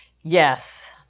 Yes